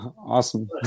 awesome